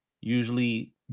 usually